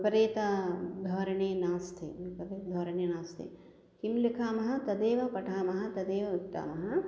परितः भरणे नास्ति धारणे नास्ति किं लिखामः तदेव पठामः तदेव उत्तामः